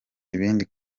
ibindi